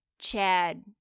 chad